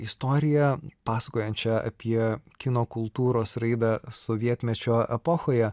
istoriją pasakojančią apie kino kultūros raidą sovietmečio epochoje